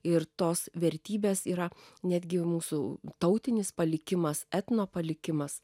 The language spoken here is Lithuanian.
ir tos vertybės yra netgi mūsų tautinis palikimas etno palikimas